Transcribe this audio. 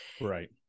Right